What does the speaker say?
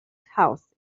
housing